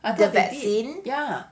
vaccine